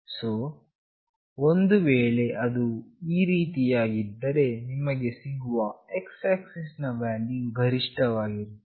so ಒಂದು ವೇಳೆ ಅದು ಈ ರೀತಿಯಾಗಿದ್ದರೆ ನಿಮಗೆ ಸಿಗುವ x ಆಕ್ಸಿಸ್ ನ ವ್ಯಾಲ್ಯೂ ವು ಗರಿಷ್ಠವಾಗಿರುತ್ತದೆ